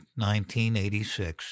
1986